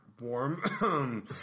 warm